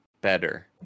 better